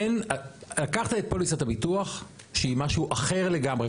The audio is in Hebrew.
אין, קח את פוליסת הביטוח שהיא משהו אחר לגמרי.